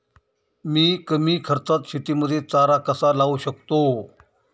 मी कमी खर्चात शेतीमध्ये चारा कसा लावू शकतो?